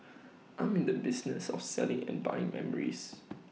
I'm in the business of selling and buying memories